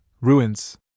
Ruins